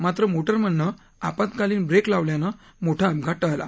मात्र मोटरमननं आपत्कालीन ब्रेक लावल्यानं मोठा अपघात टळला